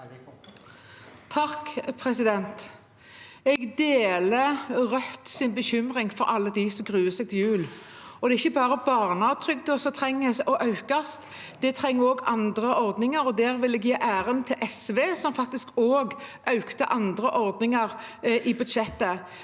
(KrF) Jeg deler Rødts bekymring for alle dem som gruer seg til jul. Det er ikke bare barnetrygden som trengs å økes; det trenger også andre ordninger, og der vil jeg gi ære til SV, som faktisk økte også andre ordninger i budsjettet.